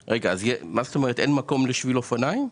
מקום לשביל אופניים?